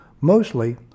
Mostly